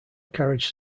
carriage